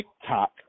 TikTok